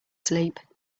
sleep